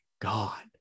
God